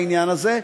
בעניין הזה,